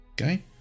Okay